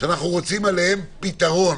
שאנחנו רוצים עליהן פתרון.